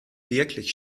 wirklich